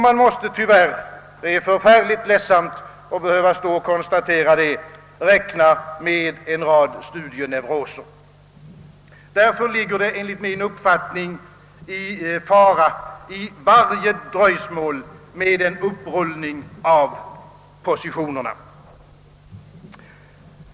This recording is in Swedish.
Man måste tyvärr, det är förfärligt ledsamt att behöva konstatera det, räkna med en rad studieneuroser. Därför ligger det enligt min uppfattning fara i varje dröjsmål med en upprullning av positionerna.